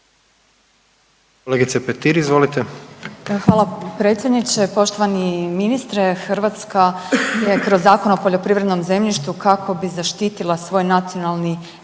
(Nezavisni)** Hvala predsjedniče. Poštovani ministre, Hrvatska je kroz Zakon o poljoprivrednom zemljištu kako bi zaštitila svoj nacionalni